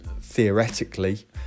theoretically